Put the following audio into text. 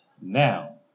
now